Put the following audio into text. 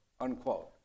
unquote